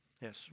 Yes